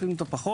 לפעמים טוב פחות,